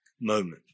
moment